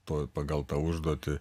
toj pagal tą užduotį